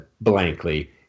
blankly